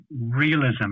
realism